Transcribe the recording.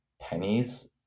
pennies